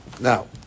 Now